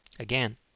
Again